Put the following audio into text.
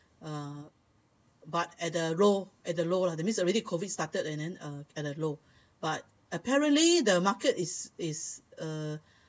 uh but at the low at the low lah that means already COVID started and then uh and a low but apparently the market it's uh